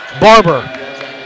Barber